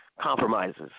compromises